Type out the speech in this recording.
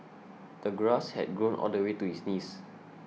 the grass had grown all the way to his knees